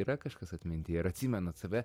yra kažkas atminty ar atsimenat save